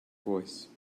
voice